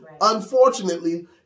Unfortunately